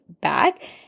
back